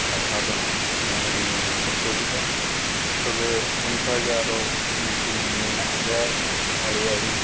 ᱠᱟᱛᱷᱟ ᱫᱚ ᱱᱟᱦᱟᱜ ᱱᱚᱰᱮ ᱜᱮᱞᱤᱧ ᱢᱩᱪᱟᱹᱫᱮᱜᱼᱟ ᱛᱚᱵᱮ ᱚᱱᱠᱟᱜᱮ ᱟᱨᱳ ᱧᱩᱛᱩᱢ ᱢᱮᱱᱟᱜ ᱜᱮᱭᱟ ᱟᱹᱰᱤ ᱟᱹᱰᱤ